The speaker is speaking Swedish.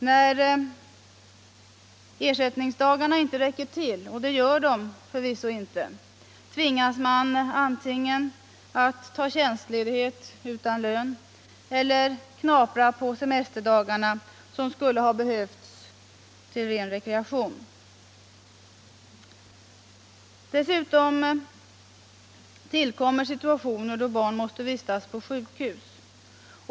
När ersättningsdagarna inte räcker till, och det gör de förvisso inte, tvingas man antingen att ta tjänstledighet utan lön eller knapra på semesterdagarna som skulle ha behövts till ren rekreation. Dessutom tillkommer situationer när barn måste vistas på sjukhus.